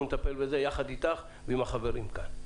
אנחנו נטפל בזה יחד איתך ועם החברים כאן.